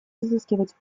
изыскивать